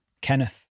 Kenneth